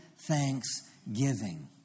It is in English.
thanksgiving